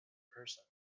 person